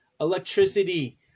electricity